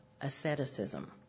asceticism